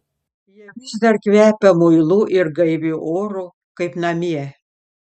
jie vis dar kvepia muilu ir gaiviu oru kaip namie